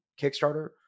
Kickstarter